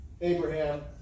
Abraham